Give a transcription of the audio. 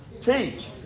Teach